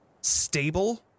stable